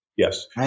Yes